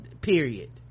period